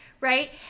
right